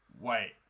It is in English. Wait